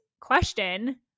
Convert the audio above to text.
question